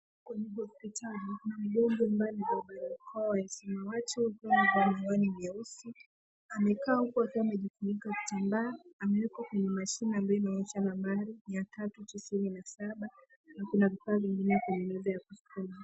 Kwenye hospital namuona mgonjwa mmoja aliyevalia barakoa ya wazima watu wamevaa nguo ni nyeusi. Amekaa huku akiwa amejifunika kitambaa. Amewekwa kwenye mashine ambayo inaonyesha nambari ya tatu tisini na saba, na kuna vifaa vingine kwenye meza ya kusukuma.